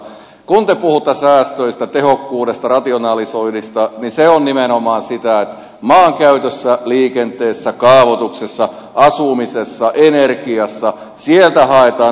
kun te puhutte säästöistä tehokkuudesta rationalisoinnista niin se on nimenomaan sitä että maankäytöstä liikenteestä kaavoituksesta asumisesta energiasta sieltä haetaan ne hyödyt